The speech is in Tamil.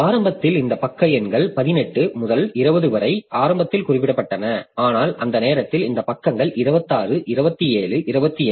ஆரம்பத்தில் இந்த பக்க எண்கள் 18 முதல் 20 வரை ஆரம்பத்தில் குறிப்பிடப்பட்டன ஆனால் அந்த நேரத்தில் இந்த பக்கங்கள் 26 27 28